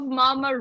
mama